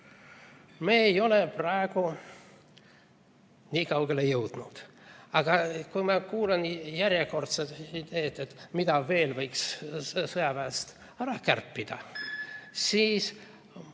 Me ei ole praegu nii kaugele jõudnud, aga kui ma kuulan järjekordseid ideid, mida veel võiks sõjaväest ära kärpida, siis